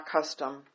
custom